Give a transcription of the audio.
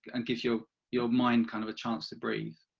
and gives your your mind kind of a chance to breathe.